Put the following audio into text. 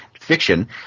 fiction